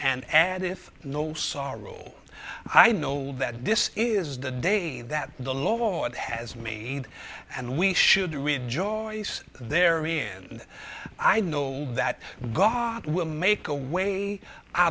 and add if no sorrow i know that this is the day that the lord has me and we should rejoice there me and i know that god will make a way